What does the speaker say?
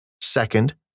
Second